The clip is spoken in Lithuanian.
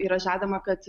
yra žadama kad